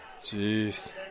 Jeez